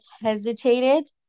hesitated